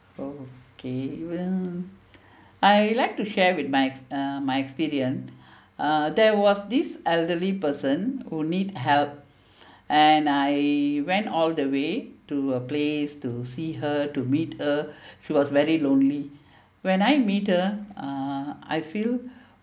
oh okay well I like to share with my uh my experience uh there was this elderly person who need help and I went all the way to a place to see her to meet her she was very lonely when I meet her uh I feel